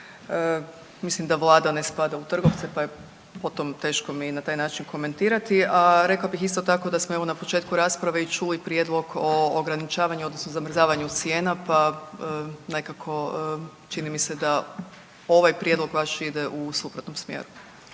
Mislim da vlada ne spada u trgovce pa je po tom teško mi i na taj način komentirati, a rekla bih isto tako da smo evo na početku rasprave i čuli prijedlog o ograničavanju odnosno zamrzavanju cijena pa nekako čini mi se da ovaj prijedlog vaš ide u suprotnom smjeru.